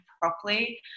properly